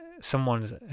someone's